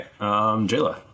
Jayla